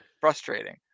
Frustrating